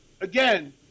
again